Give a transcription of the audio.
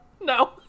No